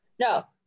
No